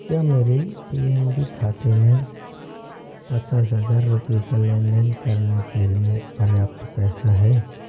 क्या मेरे P N B खाते में पचास हज़ार रुपये का लेन देन करने के लिए पर्याप्त पैसा है